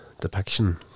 depiction